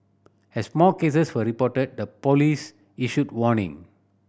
as more cases were reported the police issued warning